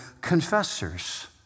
confessors